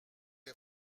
est